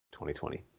2020